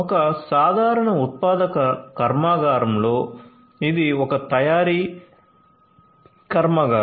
ఒక సాధారణ ఉత్పాదక కర్మాగారంలో ఇది ఒక తయారీ కర్మాగారం